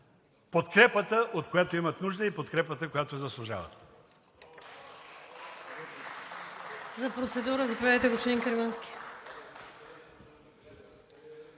подкрепата, от която имат нужда, и подкрепата, която заслужават.